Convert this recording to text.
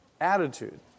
Attitude